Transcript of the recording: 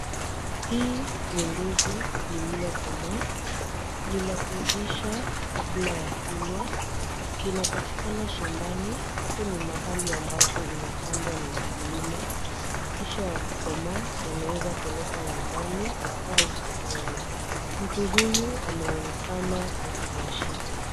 Hii ni ndizi lililokomaa, ni la kuivisha kabla ya kulwa. Linapatikana shambani, hapo ni mahali ambapo inapandwa na mkulima kisha yakikomaa yanawezapelekwa nyumbani au sokoni. Mtu huyu ameonekana akiyashika.